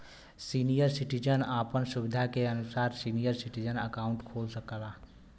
senior citizen आपन सुविधा के अनुसार सीनियर सिटीजन अकाउंट खोल सकला